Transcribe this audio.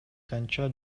канча